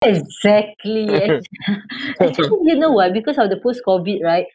exactly yes actually you know what because of the post COVID right